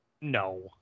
No